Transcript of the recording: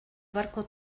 barco